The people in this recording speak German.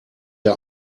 der